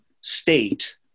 state